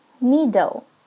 Needle